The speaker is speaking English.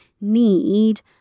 need